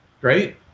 Great